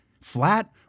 Flat